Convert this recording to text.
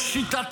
באופן שיטתי.